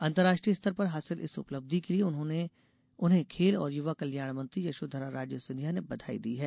अंतर्राष्ट्रीय स्तर पर हासिल इस उपलब्धि के लिये उन्हें खेल और युवा कल्याण मंत्री यशोधरा राजे सिंधिया ने बधाई दी है